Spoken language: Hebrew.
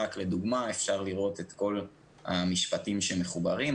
אפשר לראות את המשפטים שמחוברים.